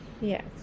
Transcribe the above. Yes